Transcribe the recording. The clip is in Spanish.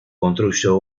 construyó